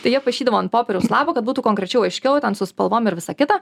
tai jie paišydavo ant popieriaus lapo kad būtų konkrečiau aiškiau ten su spalvom ir visa kita